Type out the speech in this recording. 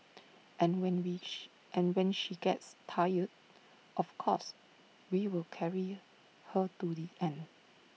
and when wish and when she gets tired of course we will carrier her to the end